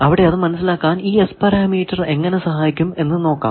അവിടെ അത് മനസ്സിലാക്കാൻ ഈ S പാരാമീറ്റർ എങ്ങനെ സഹായിക്കും എന്ന് നോക്കാം